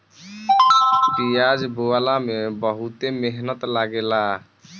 पियाज बोअला में बहुते मेहनत लागेला